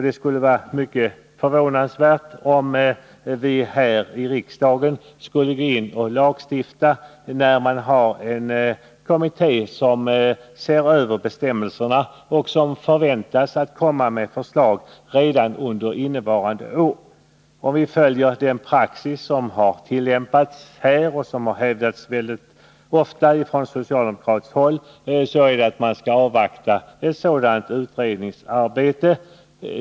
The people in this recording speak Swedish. Det skulle vara förvånansvärt om vi här i riksdagen skulle gå in och lagstifta när en kommitté ser över bestämmelserna och förväntas komma med förslag redan under innevarande år. Om vi följer den praxis som har tillämpats här och som har hävdats mycket ofta från socialdemokratiskt håll, skall vi avvakta ett sådant här utredningsarbete.